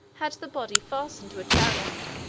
had the body fastened to a chariot,